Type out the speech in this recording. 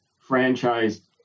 franchise